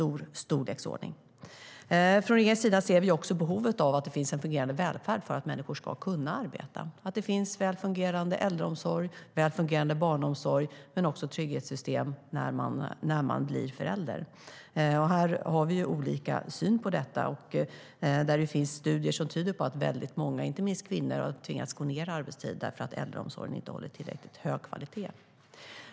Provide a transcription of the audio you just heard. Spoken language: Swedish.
Från regeringens sida ser vi också behovet av att det finns en fungerande välfärd för att människor ska kunna arbeta, att det finns väl fungerande äldreomsorg, väl fungerande barnomsorg men också trygghetssystem när man blir förälder. Vi har olika syn på detta. Det finns studier som tyder på att väldigt många, inte minst kvinnor, har tvingats gå ned i arbetstid därför att äldreomsorgen inte hållit tillräckligt hög kvalitet.